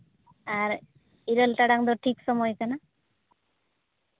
ᱟᱨ ᱤᱨᱟᱹᱞ ᱴᱟᱲᱟᱝ ᱫᱚ ᱴᱷᱤᱠ ᱥᱚᱢᱚᱭ ᱠᱟᱱᱟ